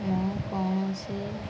ମୁଁ କୌଣସି